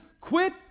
quit